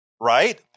Right